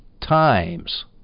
times